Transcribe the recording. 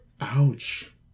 Ouch